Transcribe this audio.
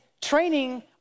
training